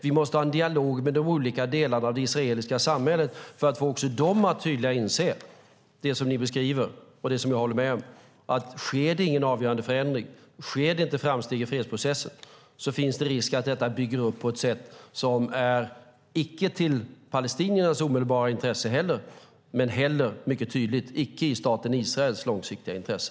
Vi måste ha en dialog med de olika delarna av det israeliska samhället för att få också dem att tydligare inse det som ni beskriver och det som jag håller med om, att sker det ingen avgörande förändring och inga framsteg i fredsprocessen finns det risk för att detta bygger upp något som icke är till palestiniernas omedelbara intresse men mycket tydligt inte heller i staten Israels långsiktiga intresse.